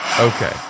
okay